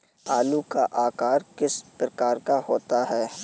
आलू का आकार किस प्रकार का होता है?